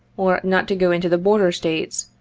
or not to go into the border states,